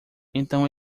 então